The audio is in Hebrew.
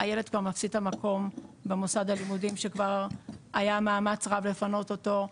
הילד כבר מפסיד את המקום במוסד הלימודים שכבר היה מאמץ רב לפנות אותו,